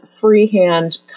freehand